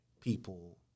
people